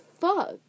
fuck